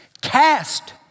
Cast